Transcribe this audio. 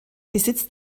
besitzt